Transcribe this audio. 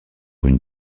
une